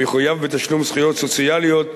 מחויב בתשלום זכויות סוציאליות,